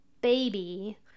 baby